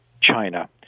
China